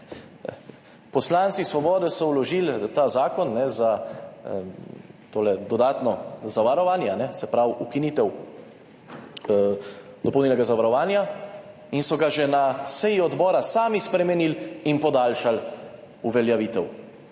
Poslanci Svobode so vložili ta zakon za tole dodatno zavarovanje, se pravi ukinitev dopolnilnega zavarovanja, in so ga že na seji odbora sami spremenili in podaljšali uveljavite.